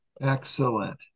Excellent